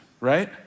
right